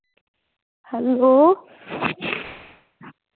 hello